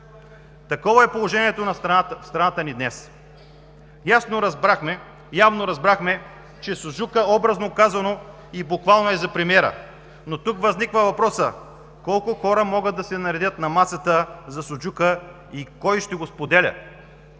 Такова е положението на страната ни днес. Явно разбрахме, че суджукът, образно казано, и буквално, е за Премиера. Но тук възниква въпросът: колко хора могат да се наредят на масата за суджука и кой ще го споделя?